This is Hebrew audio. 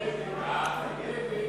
העברת מידע בין קופות-החולים